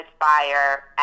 fire